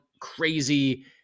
crazy